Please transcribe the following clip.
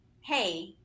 hey